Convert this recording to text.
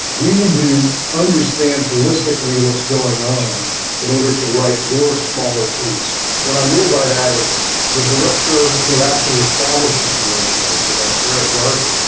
you need to understand hollistically what's going on in order to write your smaller piece. what i mean by that is the director, who actually established this relationship with us, eric garvey,